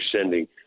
sending